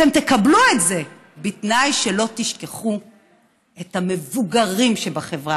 אתם תקבלו את זה בתנאי שלא תשכחו את המבוגרים שבחברה.